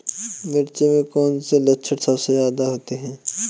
मिर्च में कौन से लक्षण सबसे ज्यादा होते हैं?